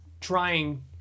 trying